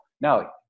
now